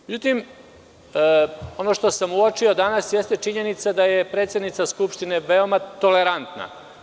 Međutim, ono što sam uočio danas jeste činjenica da je predsednica Skupštine veoma tolerantna.